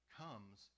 comes